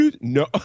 No